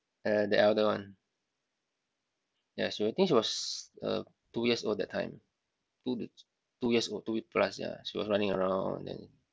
uh the elder one yes I think she was uh two years old that time two to years old two years plus ya she was running around then